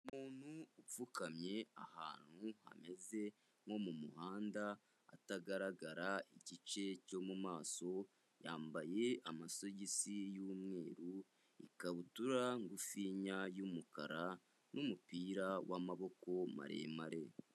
Umuntu upfukamye ahantu hameze nko mu muhanda utagaragara igice cyo mu maso, yambaye amasogisi y'umweru, ikabutura ngufinya y'umukara n'umupira w'amaboko maremare.